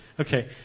Okay